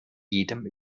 jedem